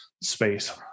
space